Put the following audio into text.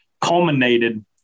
culminated